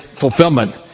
fulfillment